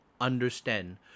understand